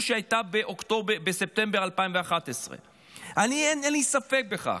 שהייתה בספטמבר 2011. אין לי ספק בכך.